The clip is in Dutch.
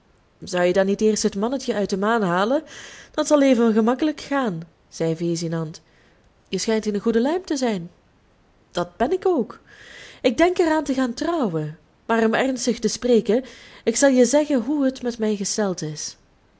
zou je dan niet eerst het mannetje uit de maan halen dat zal even gemakkelijk gaan zei vesinand je schijnt in een goede luim te zijn dat ben ik ook ik denk er aan te gaan trouwen maar om ernstig te spreken ik zal je zeggen hoe het met mij gesteld is